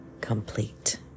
complete